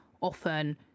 often